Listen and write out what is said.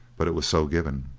but it was so given.